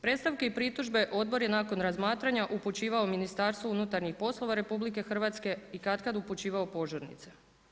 Predstavke i pritužbe Odbor je nakon razmatranja upućivao Ministarstvu unutarnjih poslova RH i katkad upućivao požurnice.